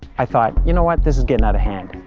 i thought, you know what, this is getting out of hand,